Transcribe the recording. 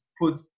put